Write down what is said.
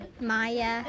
Maya